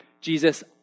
Jesus